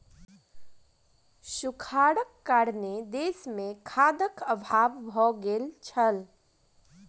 सूखाड़क कारणेँ देस मे खाद्यक अभाव भ गेल छल